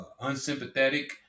unsympathetic